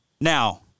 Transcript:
now